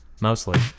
Mostly